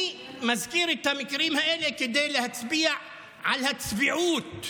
אני מזכיר את המקרים האלה כדי להצביע על הצביעות,